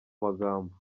magambo